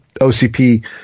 OCP